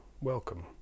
welcome